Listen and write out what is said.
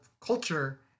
culture